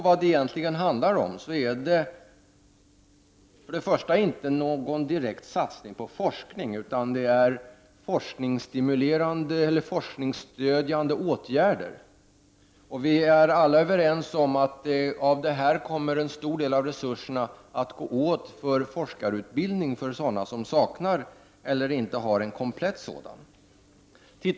Vad det egentligen handlar om är inte någon direkt satsning på forskning, utan det är forskningsstimulerande eller forskningsstödjande åtgärder. Och vi är alla överens om att en stor del av resurserna kommer att gå åt för forskarutbildning för personer som saknar — eller inte har en komplett — sådan utbildning.